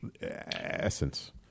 essence